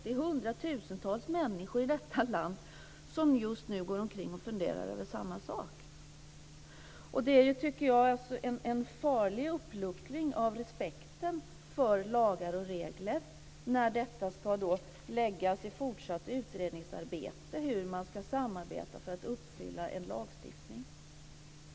Det är hundratusentals människor i detta land som just nu går omkring och funderar över samma sak. Jag tycker att det är en farlig uppluckring av respekten för lagar och regler när man ska fortsätta utreda hur man ska samarbeta för att uppfylla en lagstiftning.